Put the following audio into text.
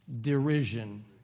derision